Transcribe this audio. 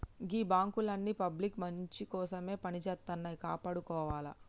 గీ బాంకులన్నీ పబ్లిక్ మంచికోసమే పనిజేత్తన్నయ్, కాపాడుకోవాల